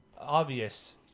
obvious